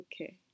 Okay